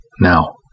Now